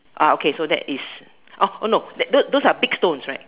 ah okay so that is oh oh no those are big stones right